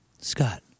Scott